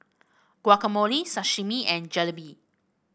Guacamole Sashimi and Jalebi